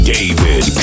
David